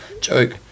Joke